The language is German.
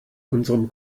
unserem